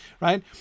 Right